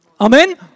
Amen